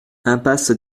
impasse